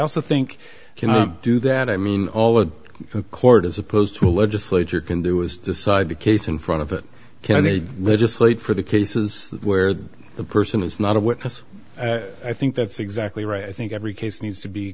also think can i do that i mean all of the court as opposed to a legislature can do is decide the case in front of it can they legislate for the cases where the person is not a witness i think that's exactly right i think every case needs to be